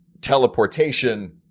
teleportation –